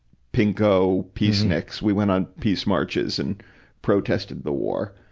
pinko, peaceniks we went on peace marches and protested the war.